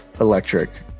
electric